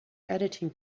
editing